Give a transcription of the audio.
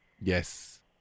yes